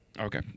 Okay